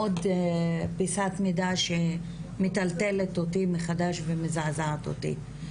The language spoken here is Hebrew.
עוד פיסת מידע שמטלטלת אותי מחדש ומזעזעת אותי,